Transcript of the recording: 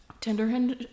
Tinder